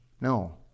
No